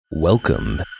Welcome